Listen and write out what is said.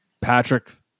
patrick